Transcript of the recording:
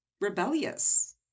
rebellious